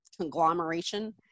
conglomeration